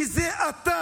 כי זה אתה.